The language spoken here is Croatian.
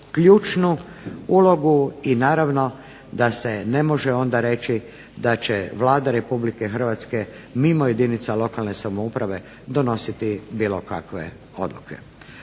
ključnu ulogu i naravno da se ne može onda reći da će Vlada Republike Hrvatske mimo jedinica lokalne samouprave donositi bilo kakve odluke.